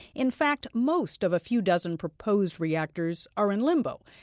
in fact, most of a few dozen proposed reactors are in limbo.